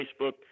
Facebook